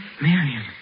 Marion